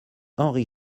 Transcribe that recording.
henri